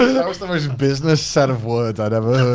that was the most business set of words i'd ever heard,